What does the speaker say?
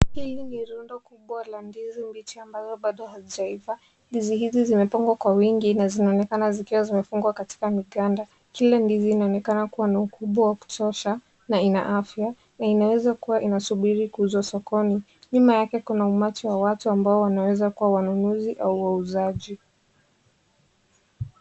Hili ni rundo kubwa la ndizi mbichi ambazo bado hazijaiva. Ndizi hizi zimepangwa kwa wingi na zinaonekana zikiwa zimefungwa katika mikanda. Kila ndizi inaonekana kuwa na ukubwa wa kutosha na ina afya na inaweza kuwa inasubiri kuuzwa sokoni. Nyuma yake kuna umati wa watu ambao wanaweza kuwa wanunuzi au wauzaji.